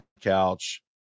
couch